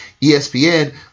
ESPN